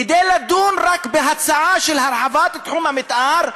כדי לדון רק בהצעה של הרחבת תחום המתאר,